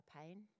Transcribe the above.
pain